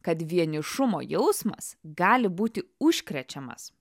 kad vienišumo jausmas gali būti užkrečiamas